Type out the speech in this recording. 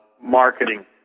marketing